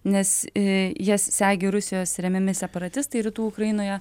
nes jas segi rusijos remiami separatistai rytų ukrainoje